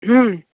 ହୁଁ